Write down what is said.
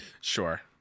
Sure